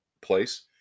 place